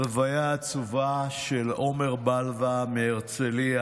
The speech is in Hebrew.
הלוויה עצובה של עומר בלוה מהרצליה,